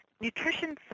nutrition